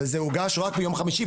וזה הוגש רק ביום חמישי,